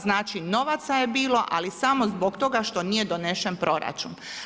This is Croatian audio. Znači novaca je bilo, ali samo zbog toga što nije donesen proračun.